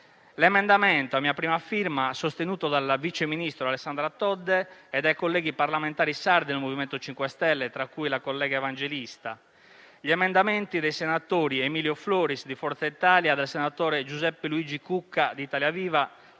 all'emendamento a mia prima firma, sostenuto dalla vice ministro Alessandra Todde e dai colleghi parlamentari sardi del MoVimento 5 Stelle, tra cui la collega Evangelista, e agli emendamenti dei senatori Emilio Floris di Forza Italia e del senatore Giuseppe Luigi Cucca di Italia Viva;